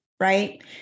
Right